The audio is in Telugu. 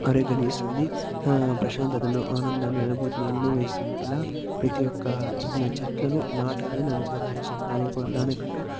పరిగణిస్తుంది ప్రశాంతతను ఆనందాన్ని అనుభూతిని ఎన్నో ఇస్తుంది ఇలా ప్రతి ఒక్క చెట్లను నాటాలని నాకు చాలా ఇష్టం దాని దాని కంటూ